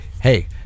hey